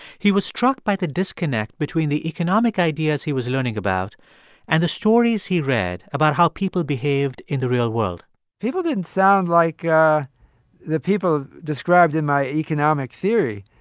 he was struck by the disconnect between the economic ideas he was learning about and the stories he read about how people behaved in the real world people didn't sound like the people described in my economic theory.